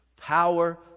Power